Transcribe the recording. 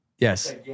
Yes